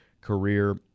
career